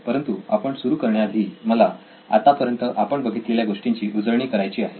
परंतु आपण सुरू करण्याआधी मला आतापर्यंत आपण बघितलेल्या गोष्टींची उजळणी करायची आहे